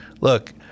Look